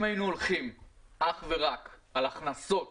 אם היינו הולכים אך ורק על הכנסות